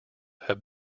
have